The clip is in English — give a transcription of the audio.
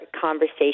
conversation